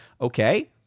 Okay